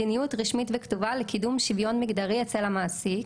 הראשונה זה מדיניות רשמית וכתובה לקידום שוויון מגדרי אצל המעסיק.